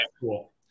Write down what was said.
Cool